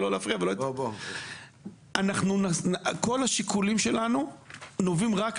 כל השיקולים שלנו נובעים רק מזה,